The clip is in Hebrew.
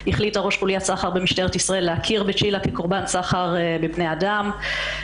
החליטה ראש חוליית סחר במשטרת ישראל להכיר בצ'ילה כקורבן סחר בבני אדם.